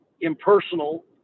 impersonal